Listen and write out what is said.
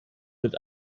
mit